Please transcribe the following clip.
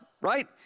right